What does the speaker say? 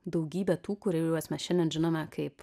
daugybė tų kuriuos mes šiandien žinome kaip